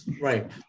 right